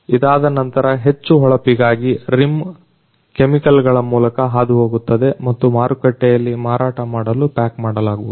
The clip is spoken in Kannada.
ಇದಾದ ನಂತರ ಹೆಚ್ಚು ಹೊಳಪಿಗಾಗಿ ರಿಮ್ ಕೆಮಿಕಲ್ಗಳ ಮೂಲಕ ಹಾದುಹೋಗುತ್ತದೆ ಮತ್ತು ಮಾರುಕಟ್ಟೆಯಲ್ಲಿ ಮಾರಾಟಮಾಡಲು ಪ್ಯಾಕ್ ಮಾಡಲಾಗುವುದು